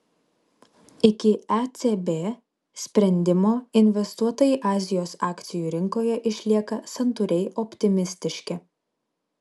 iki ecb sprendimo investuotojai azijos akcijų rinkoje išlieka santūriai optimistiški